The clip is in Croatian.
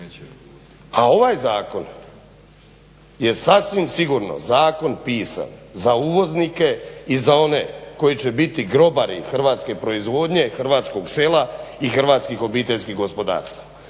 A ovaj zakon je sasvim sigurno zakon pisan za uvoznike i za one koji će biti grobari hrvatske proizvodnje, hrvatskog sela i hrvatskih obiteljskih gospodarstava